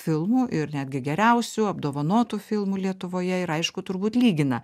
filmų ir netgi geriausių apdovanotų filmų lietuvoje ir aišku turbūt lygina